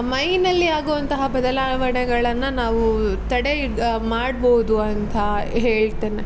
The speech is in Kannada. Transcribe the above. ಮೈಯಲ್ಲಿ ಆಗುವಂತಹ ಬದಲಾವಣೆಗಳನ್ನು ನಾವು ತಡೆ ಮಾಡ್ಬಹ್ದು ಅಂತ ಹೇಳ್ತೇನೆ